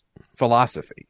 philosophy